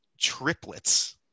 triplets